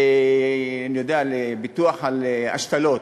אני יודע, לביטוח על השתלות.